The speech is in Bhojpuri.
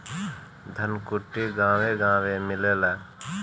धनकुट्टी गांवे गांवे मिलेला